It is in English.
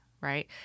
right